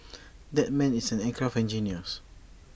that man is an aircraft engineers